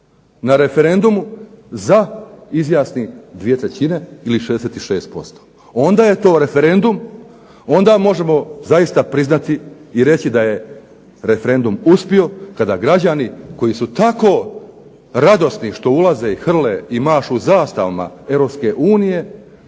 na referendumu za izjasni 2/3 ili 66% onda je to referendum, onda možemo zaista priznati i reći da je referendum uspio kada građani koji su tako radosni što ulaze i hrle i mašu zastavama